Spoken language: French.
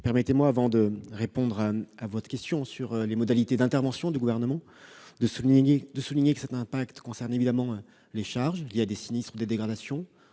Permettez-moi, avant de répondre à votre question relative aux modalités d'intervention du Gouvernement, de souligner que cet impact recouvre, évidemment, les charges liées à des sinistres ou à des dégradations,